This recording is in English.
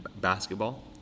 basketball